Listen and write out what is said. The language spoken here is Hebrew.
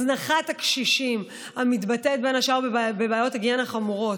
הזנחת הקשישים המתבטאת בין השאר בבעיות היגיינה חמורות,